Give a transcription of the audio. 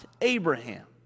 Abraham